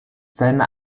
seine